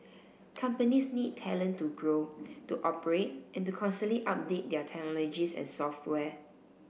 companies need talent to grow to operate and to constantly update their technologies and software